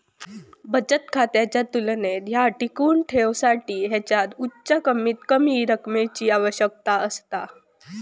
बचत खात्याच्या तुलनेत ह्या टिकवुन ठेवसाठी ह्याच्यात उच्च कमीतकमी रकमेची आवश्यकता असता